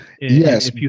yes